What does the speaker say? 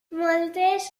moltes